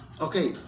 okay